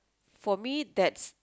for me that's